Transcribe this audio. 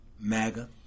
MAGA